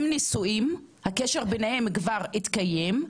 הם נשואים, הקשר ביניהם כבר התקיים,